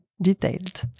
detailed